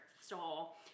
stole